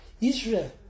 Israel